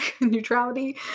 Neutrality